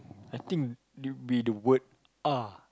I think it'll be the word ah